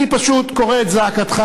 אני פשוט קורא את זעקתך,